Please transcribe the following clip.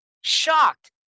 shocked